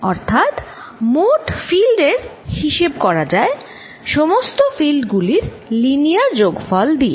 অর্থাৎ মোট ক্ষেত্র এর হিসাব করা যায় সমস্ত ক্ষেত্র গুলির লিনিয়ার যোগফল দিয়ে